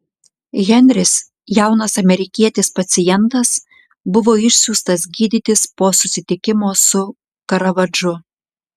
henris jaunas amerikietis pacientas buvo išsiųstas gydytis po susitikimo su karavadžu